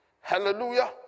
Hallelujah